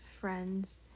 friends